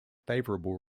favorable